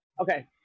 Okay